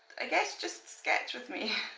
ah guess just sketch with me.